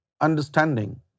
understanding